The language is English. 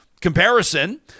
comparison